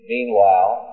Meanwhile